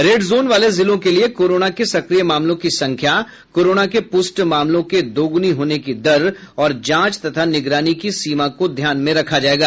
red zone वाले जिलों के लिए कोरोना के सक्रिय मामलों की संख्या कोरोना के पुष्ट मामलों के दोगुनी होने की दर और जांच तथा निगरानी की सीमा को ध्यान में रखा जाएगा